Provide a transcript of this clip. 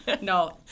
no